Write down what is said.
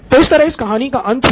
तो इस तरह इस कहानी का अंत हुआ